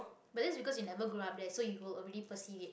but that's because you never grow up there so you will already perceive it